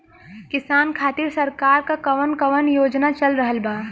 किसान खातिर सरकार क कवन कवन योजना चल रहल बा?